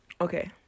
Okay